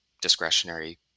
discretionary